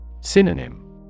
Synonym